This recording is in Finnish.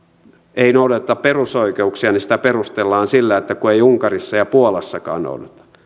ei noudateta perusoikeuksia niin sitä perustellaan sillä että ei unkarissa ja puolassakaan noudateta